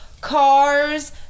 cars